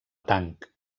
tanc